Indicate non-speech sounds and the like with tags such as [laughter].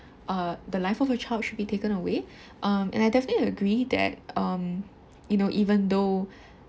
err the life of a child should be taken away [breath] um and I definitely agree that um you know even though